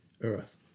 earth